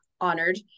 honored